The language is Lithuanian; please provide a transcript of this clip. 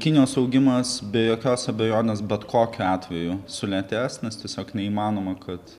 kinijos augimas be jokios abejonės bet kokiu atveju sulėtės nes tiesiog neįmanoma kad